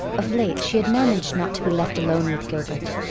of late she had managed not to be left alone with gilbert.